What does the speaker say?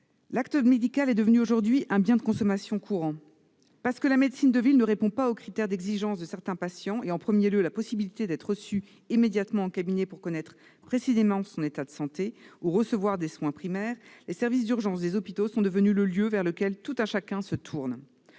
L'acte médical est devenu, aujourd'hui, un bien de consommation courant. Or la médecine de ville ne répond pas aux critères d'exigence de certains patients, au premier rang desquels figure la possibilité d'être reçu immédiatement en cabinet pour connaître précisément son état de santé ou recevoir des soins primaires. Les services d'urgence des hôpitaux sont devenus le lieu vers lequel tout un chacun se tourne.